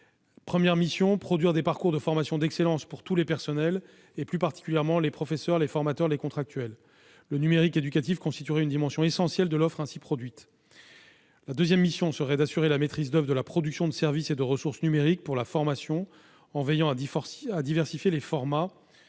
première mission serait de produire des parcours de formation d'excellence pour tous les personnels, plus particulièrement pour les professeurs, les formateurs et les contractuels. Le numérique éducatif constituera une dimension essentielle de l'offre ainsi produite. La deuxième mission du réseau Canopé serait d'assurer la maîtrise d'oeuvre de la production de services et de ressources numériques pour la formation, en veillant à diversifier les formats